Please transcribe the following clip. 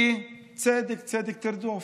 כי צדק צדק תרדוף,